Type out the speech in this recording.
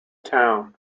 town